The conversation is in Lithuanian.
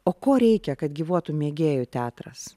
o ko reikia kad gyvuotų mėgėjų teatras